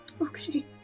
Okay